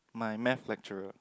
my Math lecturer